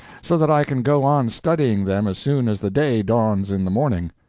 so that i can go on studying them as soon as the day dawns in the morning.